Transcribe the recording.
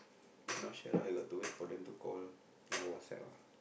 not sure lah you got to wait for them to call or WhatsApp